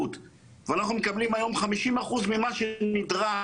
ואנחנו מקבלים היום 50 אחוזים ממה שנדרש.